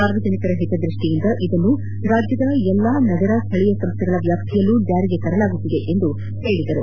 ಸಾರ್ವಜನಿಕರ ಹಿತದೃಷ್ಟಿಯಿಂದ ಇದನ್ನು ರಾಜ್ಯದ ಎಲ್ಲ ನಗರ ಸ್ವಳೀಯ ಸಂಸ್ವೆಗಳ ವ್ಯಾಪ್ತಿಯಲ್ಲೂ ಜಾರಿಗೆ ತರಲಾಗುತ್ತಿದೆ ಎಂದು ಹೇಳಿದರು